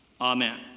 Amen